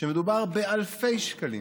מדובר באלפי שקלים.